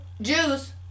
Juice